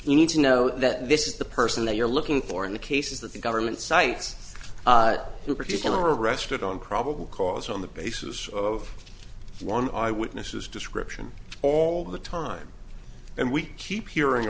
you need to know that this is the person that you're looking for in the cases that the government sites to particular arrested on probable cause on the basis of one eyewitnesses description all the time and we keep hearing